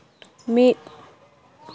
ᱢᱤᱫ